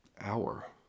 hour